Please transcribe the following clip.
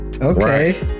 okay